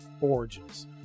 Origins